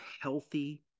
healthy